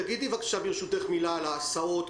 תגידי מילה על ההסעות,